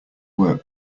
work